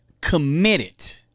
committed